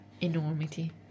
Enormity